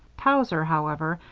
towser, however,